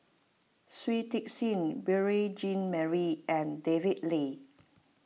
Shui Tit Sing Beurel Jean Marie and David Lee